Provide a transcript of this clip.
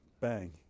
Bang